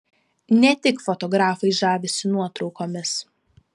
ne tik fotografai žavisi nuotraukomis